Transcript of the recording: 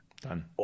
Done